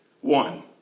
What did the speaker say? one